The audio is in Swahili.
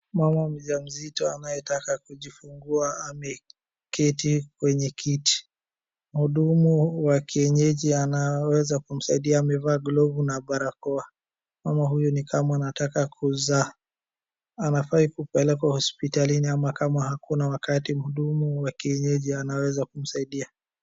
Mama mjamzito anayetaka kujifungua ameketi kwenye kiti. Mhudumu wa kienyeji anaweza kumsaidia; amevaa glovu na barakoa. Mama huyu ni kama anataka kuzaa. Anafaa kupelekwa hospitalini ama kama hakuna wakati, mhudumu wa kienyeji anaweza kumsaidia.